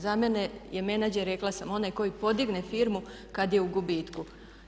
Za mene je menadžer rekla sam onaj koji podigne firmu kad je u gubitku.